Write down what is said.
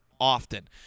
often